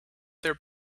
their